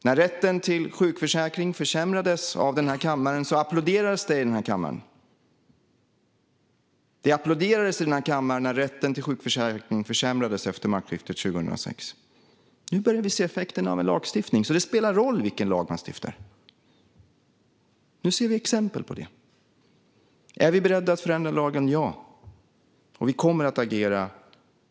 När rätten till sjukförsäkring efter maktskiftet 2006 försämrades av denna kammare applåderades det här. Nu börjar vi se effekterna av en lagstiftning, så det spelar roll vilken lag man stiftar. Nu ser vi exempel på det. Är vi beredda att förändra lagen? Ja. Vi kommer att agera.